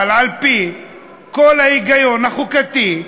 אבל על-פי כל ההיגיון החוקתי,